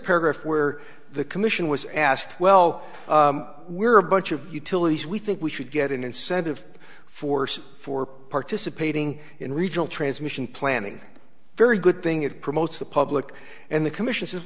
paragraph where the commission was asked well we're a bunch of utilities we think we should get an incentive force for participating in regional transmission planning a very good thing it promotes the public and the commission says